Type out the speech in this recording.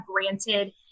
granted